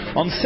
on